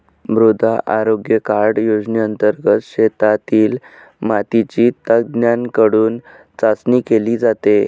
मृदा आरोग्य कार्ड योजनेंतर्गत शेतातील मातीची तज्ज्ञांकडून चाचणी केली जाते